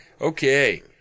Okay